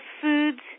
foods